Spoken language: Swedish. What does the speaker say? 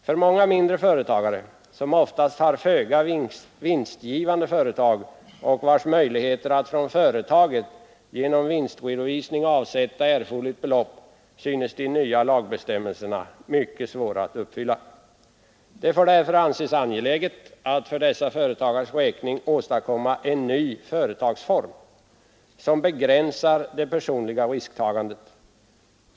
För många mindre företagare som oftast har föga vinstgivande företag och små möjligheter att från företaget genom vinstredovisning avsätta erforderligt belopp synes de nya lagbestämmelserna mycket svåra att uppfylla. Det får därför anses angeläget att för dessa företagares räkning åstadkomma en ny företagsform som begränsar det personliga risktagandet.